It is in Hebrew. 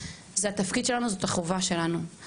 זו החובה שלנו וזה התפקיד שלנו.